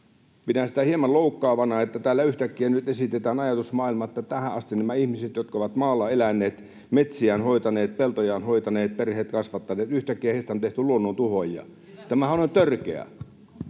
Pidän hieman loukkaavana, että täällä yhtäkkiä nyt esitetään ajatusmaailma, että näistä ihmisistä, jotka tähän asti ovat maalla eläneet, metsiään hoitaneet, peltojaan hoitaneet ja perheet kasvattaneet, yhtäkkiä on tehty luonnon tuhoajia. Tämähän on törkeää.